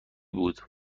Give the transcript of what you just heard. بود